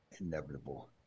inevitable